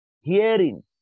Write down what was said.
Hearing